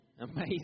amazing